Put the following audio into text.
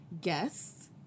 guests